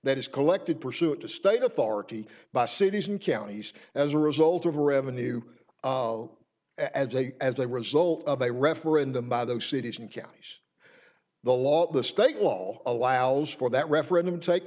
that is collected pursuit to state authority by cities and counties as a result of revenue as a as a result of a referendum by those cities and counties the law the state law allows for that referendum t